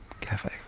cafe